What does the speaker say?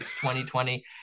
2020